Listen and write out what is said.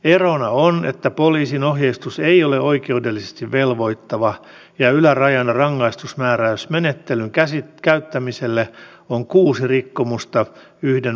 erona on että poliisin ohjeistus ei ole oikeudellisesti velvoittava ja ylärajana rangaistusmääräysmenettelyn käyttämiselle on kuusi rikkomusta yhden vuoden aikana